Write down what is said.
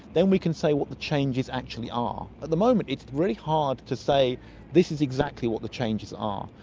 then we can say what the changes actually are. at the moment it's really hard to say this is exactly what the changes are,